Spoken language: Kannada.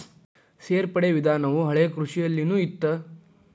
ಸೇರ್ಪಡೆ ವಿಧಾನವು ಹಳೆಕೃಷಿಯಲ್ಲಿನು ಇತ್ತ